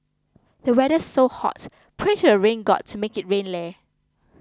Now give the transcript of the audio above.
the weather's so hot pray to the rain god to make it rain leh